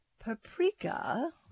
paprika